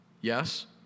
Yes